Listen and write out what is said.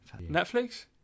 Netflix